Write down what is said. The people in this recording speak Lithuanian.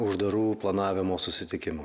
uždarų planavimo susitikimų